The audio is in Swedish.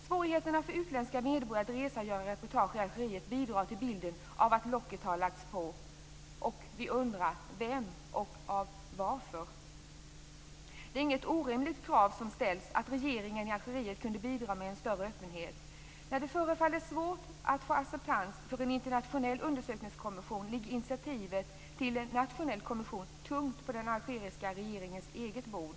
Svårigheterna för utländska medborgare att resa och göra reportage i Algeriet bidrar till bilden av att locket har lagts på, och vi undrar: Av vem och varför? Det är inget orimligt krav som ställs på att regeringen i Algeriet borde bidra med en större öppenhet. När det förefaller svårt att få acceptans för en internationell undersökningskommission ligger initiativet till en nationell kommission tungt på den algeriska regeringens eget bord.